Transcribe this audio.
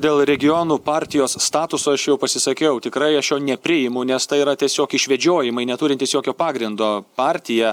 dėl regionų partijos statuso aš jau pasisakiau tikrai aš jo nepriimu nes tai yra tiesiog išvedžiojimai neturintys jokio pagrindo partija